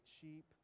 cheap